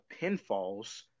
pinfalls